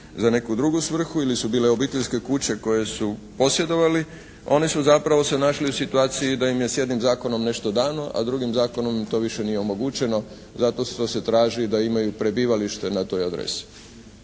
za neku drugu svrhu ili su bile obiteljske kuće koje su posjedovali, oni su zapravo se našli u situaciji da im je s jednim zakonom nešto dano, a drugim zakonom im to više nije omogućeno zato što se traži da imaju prebivalište na toj adresi.